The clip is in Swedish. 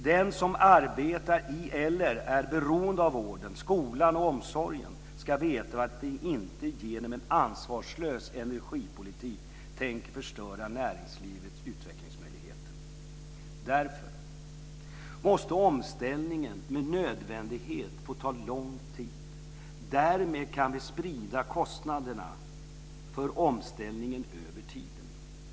Den som arbetar i eller är beroende av vården, skolan och omsorgen ska veta att vi inte genom en ansvarslös energipolitik tänker förstöra näringslivets utvecklingsmöjligheter. Därför måste omställningen med nödvändighet få ta lång tid. Därmed kan vi sprida kostnaderna för omställningen över tiden.